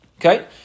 Okay